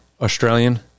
Australian